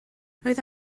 roedd